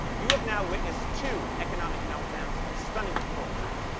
you have now witnessed two economic meltdowns of stunning proportions.